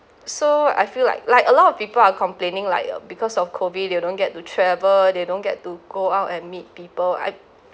so I feel like like a lot of people are complaining like uh because of COVID they don't get to travel they don't get to go out and meet people I